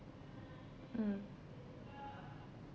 mm